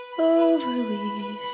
overly